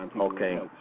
okay